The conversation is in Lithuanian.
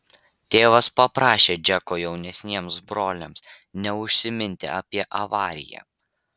tėvas paprašė džeko jaunesniems broliams neužsiminti apie avariją